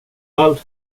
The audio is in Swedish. allt